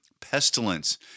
pestilence